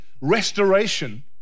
restoration